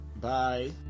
Bye